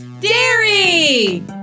Dairy